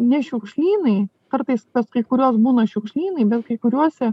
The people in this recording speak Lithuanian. ne šiukšlynai kartais pas kai kuriuos būna šiukšlynai bet kai kuriuose